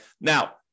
Now